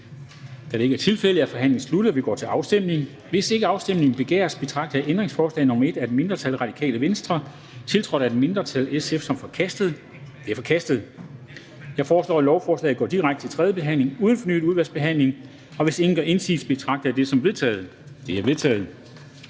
Kl. 16:38 Afstemning Formanden (Henrik Dam Kristensen): Hvis ikke afstemning begæres, betragter jeg ændringsforslag nr. 1 af et mindretal (RV), tiltrådt af et mindretal (SF), som forkastet. Det er forkastet. Jeg foreslår, at lovforslaget går direkte til tredje behandling uden fornyet udvalgsbehandling. Hvis ingen gør indsigelse, betragter jeg det som vedtaget. Det er vedtaget.